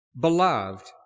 Beloved